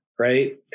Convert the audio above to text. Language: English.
right